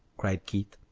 cried keith.